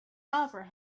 opera